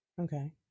Okay